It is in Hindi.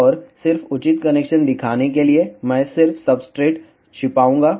और सिर्फ उचित कनेक्शन दिखाने के लिए मैं सिर्फ सब्सट्रेट छिपाऊंगा